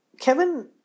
Kevin